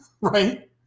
right